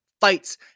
fights